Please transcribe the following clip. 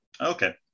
Okay